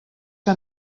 que